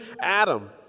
Adam